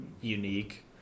unique